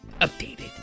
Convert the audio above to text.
updated